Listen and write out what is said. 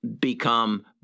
become